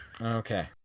okay